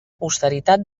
posteritat